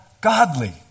godly